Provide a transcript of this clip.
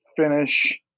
finish